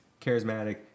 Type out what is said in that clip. charismatic